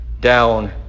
down